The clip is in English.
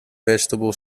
vegetable